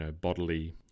bodily